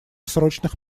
срочных